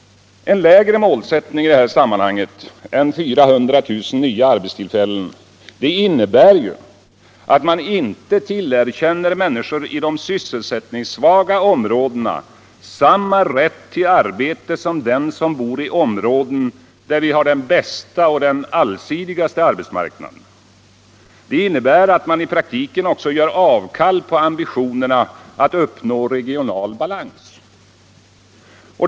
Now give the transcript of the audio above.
En lägre målsättning i detta sammanhang än 400 000 nya arbetstillfällen innebär ju att man inte tillerkänner människor i de sysselsättningssvaga områdena samma rätt till arbete som den som bor i områden där vi har den bästa och allsidigaste arbetsmarknaden. Det innebär att man i praktiken också gör avkall på ambitionerna att uppnå regional balans.